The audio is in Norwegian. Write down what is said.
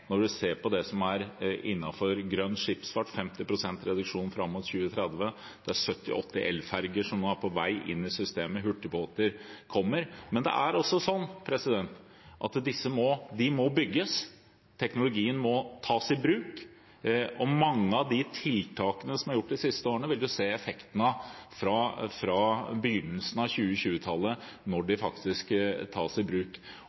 fram mot 2030. Det er 70–80 elferger som nå er på vei inn i systemet, og hurtigbåter kommer. Men disse må bygges, og teknologien må tas i bruk. Mange av tiltakene som er gjort de siste årene, vil man se effekten av fra begynnelsen av 2020-tallet, når de faktisk tas i bruk.